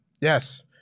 Yes